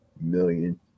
million